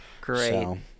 great